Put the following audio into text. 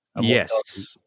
Yes